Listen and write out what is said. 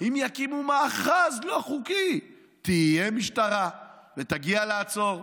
אם יקימו מאחז לא חוקי תהיה משטרה ותגיע לעצור.